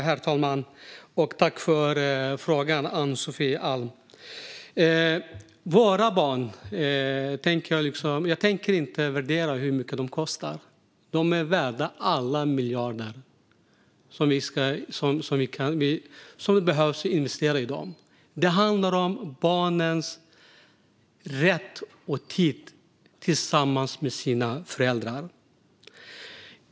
Herr talman! Jag tackar Ann-Sofie Alm för frågan. Jag tänker inte värdera hur mycket våra barn kostar. De är värda alla miljarder som vi behöver investera i dem. Det handlar om barnens rätt och tid tillsammans med sina föräldrar.